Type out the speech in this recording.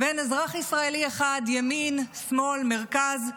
ואין אזרח ישראלי אחד ימין, שמאל, מרכז,